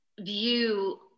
view